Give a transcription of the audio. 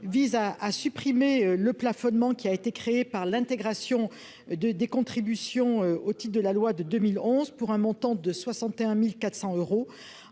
vise à supprimer le plafonnement qui a été créé par l'intégration de des contributions au de la loi de 2011 pour un montant de 61400 euros